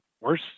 worse